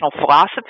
philosophy